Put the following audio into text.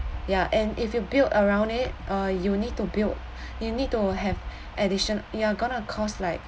yeah and if you build around it uh you need to build you need to have addition you are gonna cause like